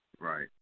Right